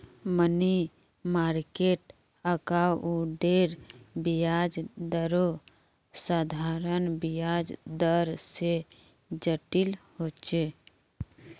money market अकाउंटेर ब्याज दरो साधारण ब्याज दर से जटिल होचे